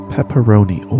Pepperoni